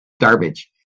garbage